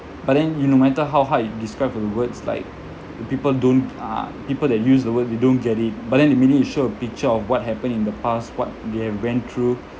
but then you no matter how hard you describe the words like people don't uh people that use the word they don't get it but then the minute you show a picture of what happened in the past what they have went through